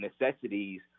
necessities